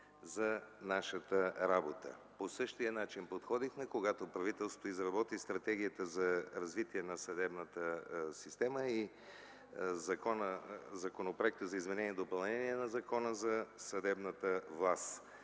за нашата работа. По същия начин подходихме, когато правителството изработи и Стратегията за развитие на съдебната система и Законопроектът за изменение и допълнение на Закона за съдебната власт.